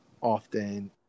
often